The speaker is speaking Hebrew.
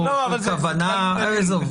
עזוב.